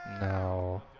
No